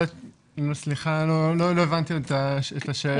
סליחה, לא הבנתי את השאלה שלך.